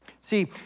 See